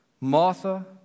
Martha